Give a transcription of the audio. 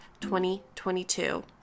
2022